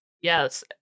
Yes